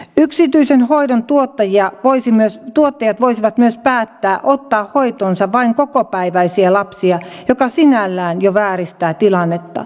yksityisen hoidon tuottajat voisivat myös päättää ottaa hoitoonsa vain kokopäiväisiä lapsia mikä sinällään jo vääristää tilannetta